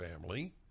family